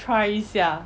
try 一下